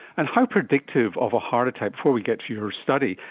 and how predictive of a heart attack, before we get to your study,